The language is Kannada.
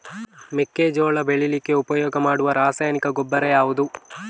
ಮೆಕ್ಕೆಜೋಳ ಬೆಳೀಲಿಕ್ಕೆ ಉಪಯೋಗ ಮಾಡುವ ರಾಸಾಯನಿಕ ಗೊಬ್ಬರ ಯಾವುದು?